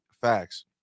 facts